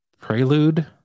prelude